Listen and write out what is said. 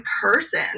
person